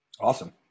Awesome